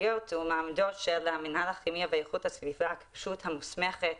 מעמדו של מינהל הכימיה ואיכות הסביבה כרשות המוסמכת